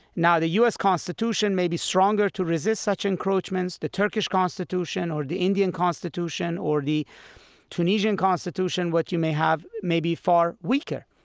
now the u s. constitution may be stronger to resist such encroachments. the turkish constitution or the indian constitution or the tunisian constitution, what you may have, may be far weaker.